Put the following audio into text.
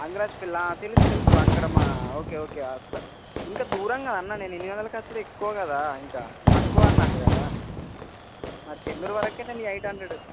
అంగిరాజుపెల్లా తెలుసు తెలుసు అక్కడ మా ఓకే ఓకే అ త ఇంకా దూరం కదన్నా నేను ఇన్ని వందలకి వచ్చుడే ఎక్కువ కదా ఇంకా తక్కువ అన్నట్టు కదా మరి చెన్నూరు వరకే నేను ఎయిట్ హండ్రెడ్